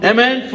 Amen